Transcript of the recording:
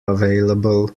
available